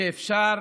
שאפשר